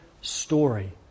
story